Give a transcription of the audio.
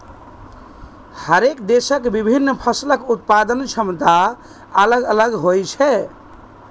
हरेक देशक के विभिन्न फसलक उत्पादन क्षमता अलग अलग होइ छै